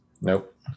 Nope